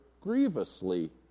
grievously